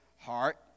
heart